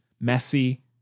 messy